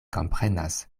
komprenas